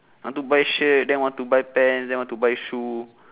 I want to buy shirt then want to buy pant then want to buy shoe